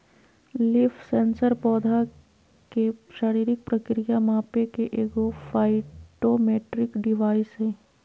leaf sensor पौधा के शारीरिक प्रक्रिया मापे के एगो फाइटोमेट्रिक डिवाइस हइ